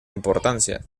importancia